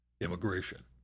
immigration